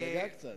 תירגע קצת.